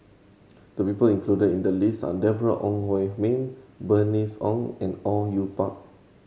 the people included in the list are Deborah Ong Hui Min Bernice Ong and Au Yue Pak